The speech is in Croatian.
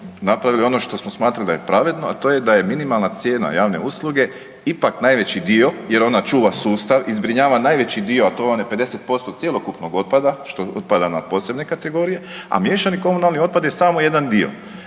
napravili ono što smo smatrali da je pravedno, a to je da je minimalna cijena javne usluge ipak najveći dio jer ona čuva sustav i zbrinjava najveći dio, a to vam je 50% cjelokupnog otpada, što otpada na posebne kategorije, a miješani komunalni otpad je samo jedan dio.